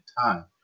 time